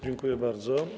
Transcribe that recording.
Dziękuję bardzo.